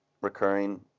recurring